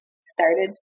started